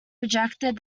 rejected